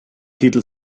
titel